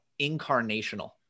incarnational